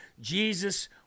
Jesus